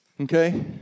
okay